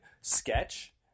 sketch